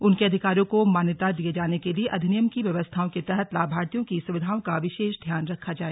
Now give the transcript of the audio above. उनके अधिकारों को मान्यता दिये जाने के लिए अधिनियम की व्यवस्थाओं के तहत लाभार्थियों की सुविधाओं का विशेष ध्यान रखा जाए